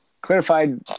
clarified